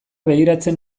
begiratzen